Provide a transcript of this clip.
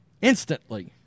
instantly